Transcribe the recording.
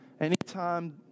anytime